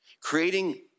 Creating